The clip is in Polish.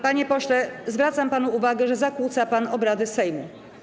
Panie pośle, zwracam panu uwagę, że zakłóca pan obrady Sejmu.